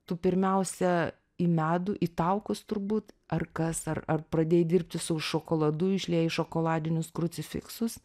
tu pirmiausia į medų į taukus turbūt ar kas ar ar pradėjai dirbti su šokoladu išliejai šokoladinius krucifiksus